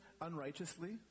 unrighteously